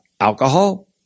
alcohol